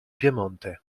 piemonte